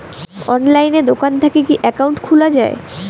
অনলাইনে দোকান থাকি কি একাউন্ট খুলা যায়?